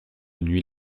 nuit